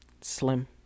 slim